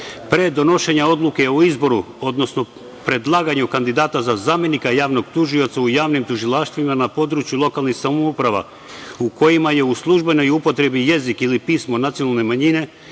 „Pre donošenja odluke o izboru, odnosno predlaganju kandidata za zamenika javnog tužioca u javnim tužilaštvima na području lokalnih samouprava u kojima je u službenoj upotrebi jezik ili pismo nacionalne manjine,